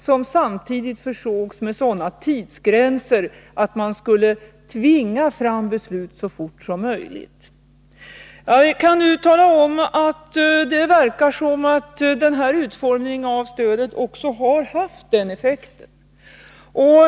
Detta stöd försågs med sådana tidsgränser att man skulle tvinga fram beslut så fort så möjligt. Jag kan tala om att det nu verkar som om denna utformning av stödet också har haft den önskade effekten.